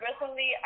Recently